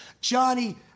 Johnny